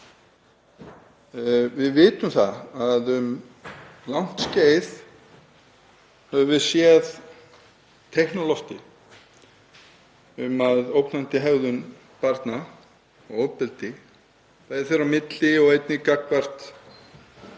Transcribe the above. Við vitum að um langt skeið höfum við séð teikn á lofti um að ógnandi hegðun barna og ofbeldi þeirra á milli, og einnig gagnvart